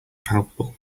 palpable